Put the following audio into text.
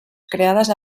creades